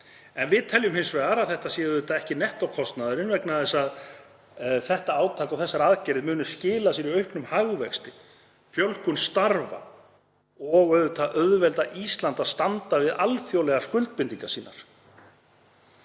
Við teljum hins vegar að þetta sé auðvitað ekki nettókostnaðurinn vegna þess að þetta átak og þessar aðgerðir munu skila sér í auknum hagvexti, fjölgun starfa og auðvelda Íslandi að standa við alþjóðlegar skuldbindingar sínar.